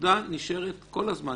עתודה נשארת כל הזמן.